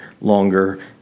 longer